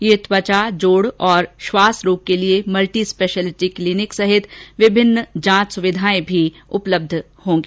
यहां त्वचा जोड़ और श्वास रोग के लिये मल्टीस्पेशलिटी क्लिनिक सहित विभिन्न जांच सुविधाएं उपलब्ध होंगी